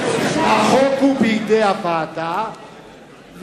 החוק הוא בידי הוועדה,